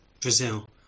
Brazil